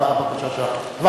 הבקשה שלך.